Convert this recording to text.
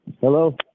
Hello